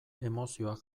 emozioak